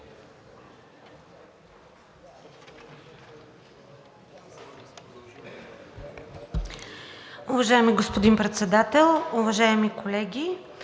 Уважаеми господин Председател, уважаеми колеги!